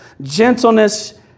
gentleness